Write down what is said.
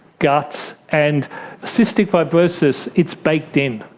gut, and cystic fibrosis, it's baked in,